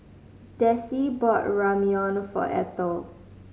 Desi bought Ramyeon for Ethel